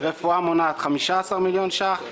רפואה מונעת 15 מיליון שקלים,